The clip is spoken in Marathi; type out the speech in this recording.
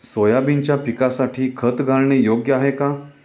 सोयाबीनच्या पिकासाठी खत घालणे योग्य आहे का?